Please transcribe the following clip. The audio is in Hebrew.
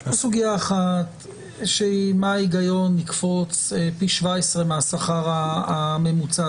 יש פה סוגייה אחת של מה ההיגיון לקפוץ פי 17 מהשכר הממוצע,